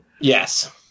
Yes